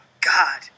god